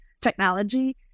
technology